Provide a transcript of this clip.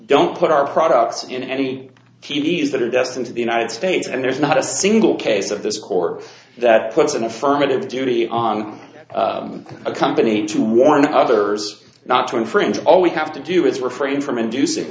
don't put our products in any keys that are destined to the united states and there's not a single case of this or that puts an affirmative duty on a company to warn others not to infringe all we have to do is refrain from and